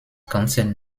ganzen